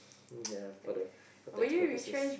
ya for the for tax purposes